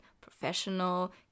Professional